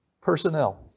personnel